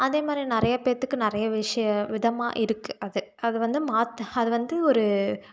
அதேமாதிரி நிறையா பேர்த்துக்கு நிறையா விஷயம் விதமாக இருக்குது அது அது வந்து மாத் அது வந்து ஒரு